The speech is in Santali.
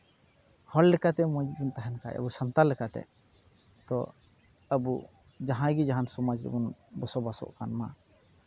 ᱦᱚᱲ ᱞᱮᱠᱟᱛᱮ ᱢᱚᱡᱽ ᱵᱚᱱ ᱛᱟᱦᱮᱱ ᱠᱷᱟᱡ ᱟᱵᱚ ᱥᱟᱱᱛᱟᱲ ᱞᱮᱠᱟᱛᱮ ᱛᱚ ᱟᱹᱵᱩ ᱡᱟᱦᱟᱸᱭ ᱜᱮ ᱡᱟᱦᱟᱱ ᱥᱚᱢᱟᱡᱽ ᱨᱮᱵᱚᱱ ᱵᱚᱥᱚᱵᱟᱥᱚᱜ ᱠᱟᱱ ᱢᱟ